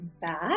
back